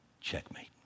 Checkmate